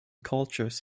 cultures